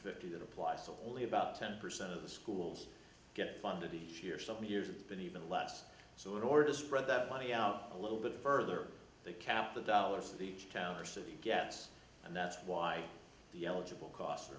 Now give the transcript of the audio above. fifty that applies to only about ten percent of the schools get funded each year some years it's been even less so in order to spread that money out a little bit further they kept the dollars for the town or city gets and that's why the eligible costs are